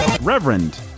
Reverend